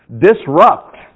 disrupt